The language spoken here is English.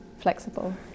flexible